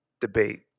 debate